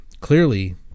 clearly